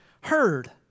heard